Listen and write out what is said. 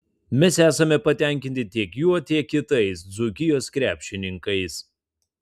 mes esame patenkinti tiek juo tiek kitais dzūkijos krepšininkais